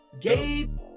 Gabe